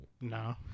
no